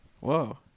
Whoa